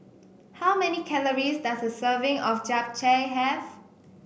how many calories does a serving of Japchae have